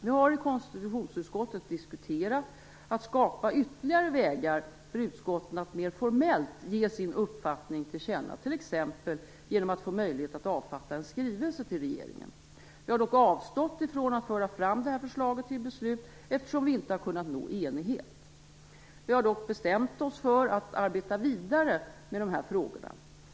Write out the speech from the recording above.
Vi har i konstitutionsutskottet diskuterat att skapa ytterligare vägar för utskotten att mer formellt ge sin uppfattning till känna, t.ex. genom att få möjlighet att avfatta en skrivelse till regeringen. Vi har dock avstått från att föra fram det här förslaget till beslut, eftersom vi inte har kunnat nå enighet. Vi har dock bestämt oss för att arbeta vidare med de här frågorna.